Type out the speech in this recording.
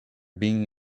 being